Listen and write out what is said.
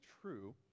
true